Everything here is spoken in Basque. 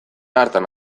hartan